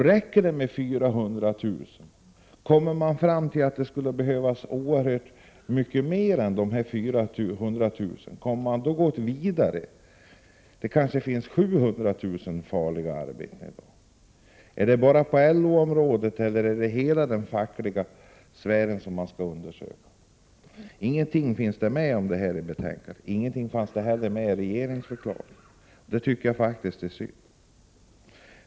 Räcker det med 400 000? Om man kommer fram till att man skulle behöva kartlägga många fler än dessa 400 000 arbeten, kommer man då att gå vidare? Det kanske finns 700 000 farliga arbeten. Gäller detta bara på LO-området eller skall man undersöka hela den fackliga sfären? Ingenting om detta nämns i betänkandet. Inte heller framgick det av regeringsförklaringen. Det tycker jag är synd. Fru talman!